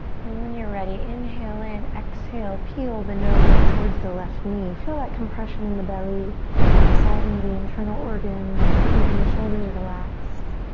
and when you're ready, inhale in, exhale, peel the nose up towards the left knee. feel that compression in the belly massaging the internal organs. keeping the shoulders relaxed.